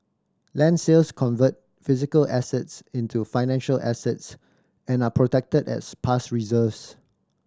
land sales convert physical assets into financial assets and are protected as past reserves